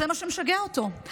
זה מה שמשגע אותו.